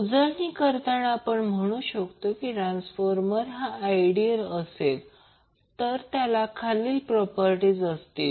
उजळणी करताना आपण असे म्हणू शकतो की ट्रान्सफॉर्मर हा आयडियल असेल जर त्याला खालील प्रॉपर्टी असतील